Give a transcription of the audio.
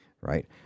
right